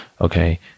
Okay